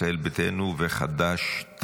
ישראל ביתנו וחד"ש-תע"ל.